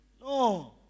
No